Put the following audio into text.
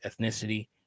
ethnicity